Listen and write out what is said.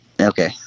okay